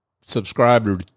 subscriber